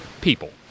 People